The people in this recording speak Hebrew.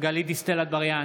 גלית דיסטל אטבריאן,